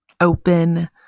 open